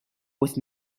with